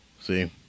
See